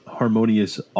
harmonious